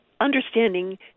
understanding